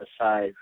aside